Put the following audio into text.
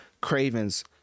craven's